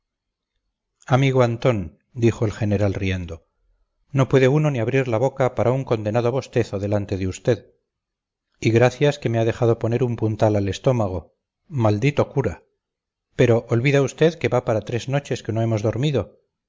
amigo antón dijo el general riendo no puede uno ni abrir la boca para un condenado bostezo delante de usted y gracias que me ha dejado poner un puntal al estómago maldito cura pero olvida usted que va para tres noches que no hemos dormido